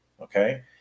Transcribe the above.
okay